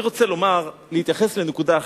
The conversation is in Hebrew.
אני רוצה להתייחס לנקודה אחת.